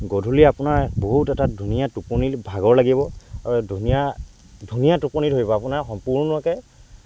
গধূলি আপোনাৰ বহুত এটা ধুনীয়া টোপনি ভাগৰ লাগিব আৰু ধুনীয়া ধুনীয়া টোপনি ধৰিব আপোনাৰ সম্পূৰ্ণকৈ